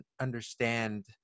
understand